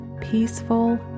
peaceful